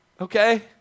okay